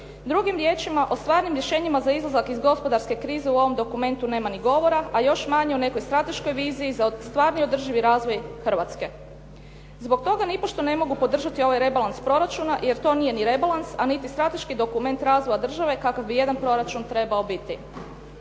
Drugim riječima, o stvarnim rješenjima za izlazak iz gospodarske krize u ovom dokumentu nema ni govora, a još manje o nekoj strateškoj viziji za stvarni održivi razvoj Hrvatske. Zbog toga nipošto ne mogu podržati ovaj rebalans proračuna jer to nije ni rebalans, a niti strateški dokument razvoja države kakav bi jedan proračun trebao biti.